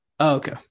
Okay